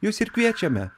jus ir kviečiame